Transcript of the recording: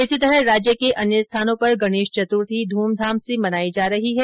इसी तरह राज्य के अन्य स्थानों पर गणेश चतुर्थी धूमधाम से मनाई जा रही है